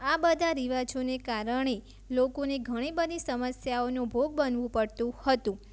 આ બધા રિવાજોને કારણે લોકોને ઘણી બધી સમસ્યાઓનો ભોગ બનવું પડતું હતું